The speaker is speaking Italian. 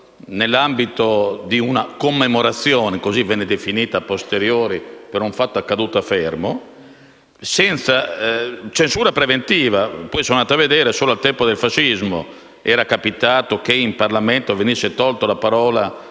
nell'ambito di una commemorazione (così venne definita a posteriori) per un fatto accaduto a Fermo: censura preventiva. Sono poi andato a controllare e ho visto che solo al tempo del fascismo era capitato che in Parlamento venisse tolta la parola